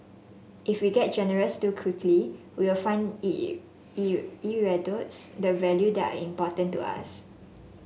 if we get generous too quickly we find it it erodes the value that are important to us